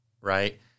right